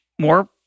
more